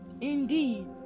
indeed